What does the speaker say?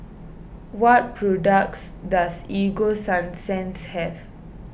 what products does Ego Sunsense have